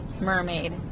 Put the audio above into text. mermaid